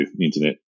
internet